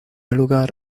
lugar